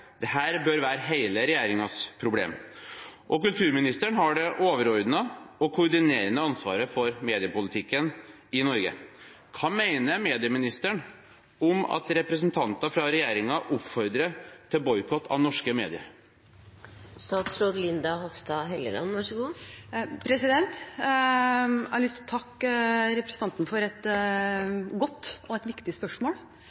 bør være hele regjeringens problem. Kulturministeren har det overordnede og koordinerende ansvaret for mediepolitikken i Norge. Hva mener medieministeren om at representanter fra regjeringen oppfordrer til boikott av norske medier? Jeg har lyst til å takke representanten for et